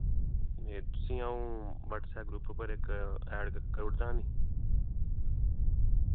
तुसेंगी WhatsApp group उप्पर अं'ऊ तुसेंगी ऐड करी ओड़दा नी